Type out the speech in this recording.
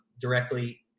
directly